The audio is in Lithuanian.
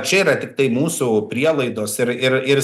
čia yra tiktai mūsų prielaidos ir ir ir